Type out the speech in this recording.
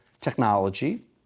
technology